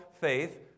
faith